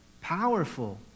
powerful